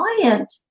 client